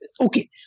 okay